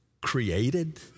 created